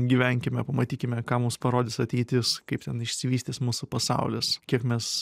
gyvenkime pamatykime ką mums parodys ateitis kaip ten išsivystys mūsų pasaulis kiek mes